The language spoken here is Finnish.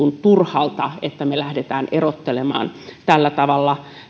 turhalta että me lähdemme erottelemaan tällä tavalla